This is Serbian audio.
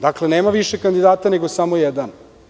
Dakle, nema više kandidata, nego samo jedan.